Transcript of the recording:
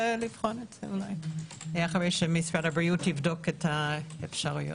לבחון את זה אולי אחרי שמשרד הבריאות יבחן את האפשרויות.